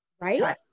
Right